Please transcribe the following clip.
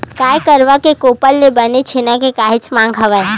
गाय गरुवा के गोबर ले बने छेना के काहेच मांग हवय